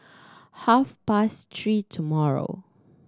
half past three tomorrow